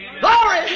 Glory